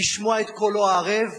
לשמוע את קולו הערב